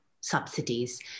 subsidies